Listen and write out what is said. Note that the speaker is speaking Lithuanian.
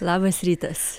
labas rytas